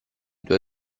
tuoi